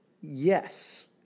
Yes